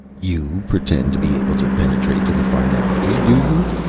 you pretend to be able to penetrate to the finality, do you?